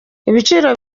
ibiciro